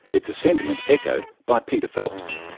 it's a sentiment echoed by peter phelps.